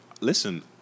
listen